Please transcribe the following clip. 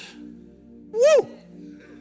Woo